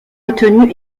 retenu